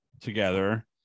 together